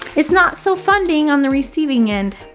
it's not so fun being on the receiving end.